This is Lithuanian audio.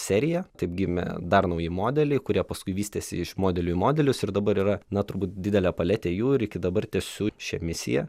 seriją taip gimė dar nauji modeliai kurie paskui vystėsi iš modelių į modelius ir dabar yra na turbūt didelė paletė jų ir iki dabar tęsiu šią misiją